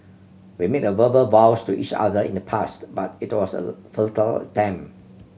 we made verbal vows to each other in the past but it was a futile attempt